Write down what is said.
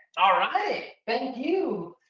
all right, thank you.